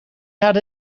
had